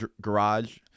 garage